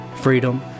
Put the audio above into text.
freedom